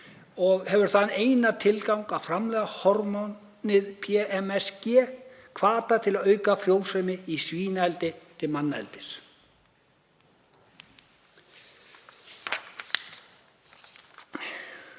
og hefur þann eina tilgang, að framleiða hormónið PMSG, hvata til að auka frjósemi í svínaeldi til manneldis.“